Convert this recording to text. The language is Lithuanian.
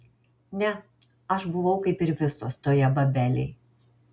ne aš buvau kaip ir visos toje babelėj